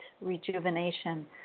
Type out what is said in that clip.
Rejuvenation